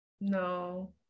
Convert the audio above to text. no